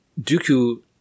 Dooku